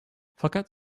fakat